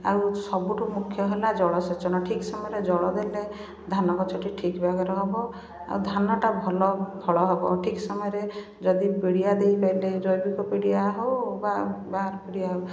ଆଉ ସବୁଠୁ ମୁଖ୍ୟ ହେଲା ଜଳସେଚନ ଠିକ ସମୟରେ ଜଳ ଦେଲେ ଧାନ ଗଛଟି ଠିକ ଭାବରେ ହେବ ଆଉ ଧାନଟା ଭଲ ଫଳ ହେବ ଠିକ ସମୟରେ ଯଦି ପିଡ଼ିଆ ଦେଇ ଦେଲେ ଜୈବିକ ପିଡ଼ିଆ ହେଉ ବା ବାହାର ପିଡ଼ିଆ ହେଉ